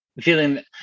feeling